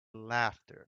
laughter